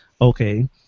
Okay